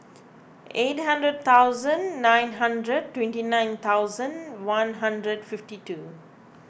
eight hundred thousand nine hundred twenty nine thousand one hundred fifty two